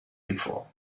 before